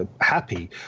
happy